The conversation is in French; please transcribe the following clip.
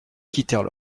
quittèrent